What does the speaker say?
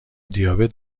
دیابت